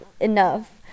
enough